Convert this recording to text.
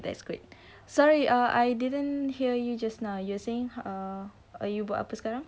that's great sorry uh I didn't hear you just now you were saying uh you buat apa sekarang